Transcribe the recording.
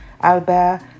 Albert